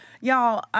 y'all